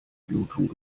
blutung